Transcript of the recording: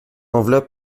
enveloppe